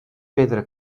pedra